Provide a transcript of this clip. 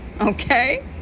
Okay